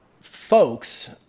folks